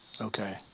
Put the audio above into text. okay